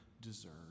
deserve